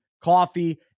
coffee